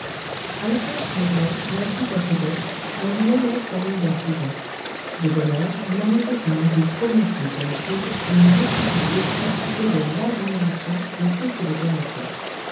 alphonse maigret naquit à québec dans une honnête famille d'artisans de bonne heure il manifesta un goût prononcé pour l'étude et une rectitude d'esprit qui faisait l'admiration de ceux qui le connaissaient